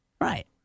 Right